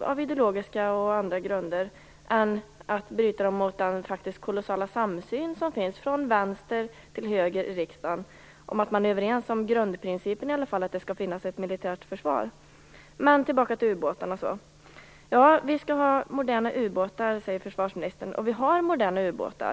av ideologiska och andra grunder, än att bryta dem mot den kolossala samsyn som finns från vänster till höger i riksdagen om grundprincipen att det skall finnas ett militärt försvar. Därmed går jag tillbaka till frågan om ubåtarna. Försvarsministern säger att vi skall ha moderna ubåtar.